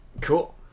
Cool